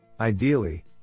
ideally